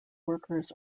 workers